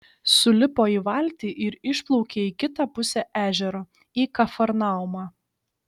sulipo į valtį ir išplaukė į kitą pusę ežero į kafarnaumą